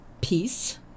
peace